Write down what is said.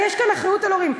יש כאן אחריות על הורים.